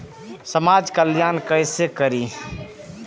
समाज कल्याण केसे करी?